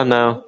now